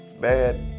bad